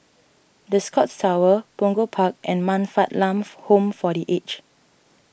the Scotts Tower Punggol Park and Man Fatt Lam Foo Home for the Aged